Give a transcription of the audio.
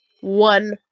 one